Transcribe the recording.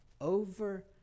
over